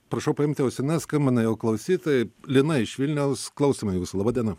prašau paimti ausines skambina jau klausytojai lina iš vilniaus klausome jūsų laba diena